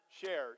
shared